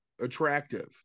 attractive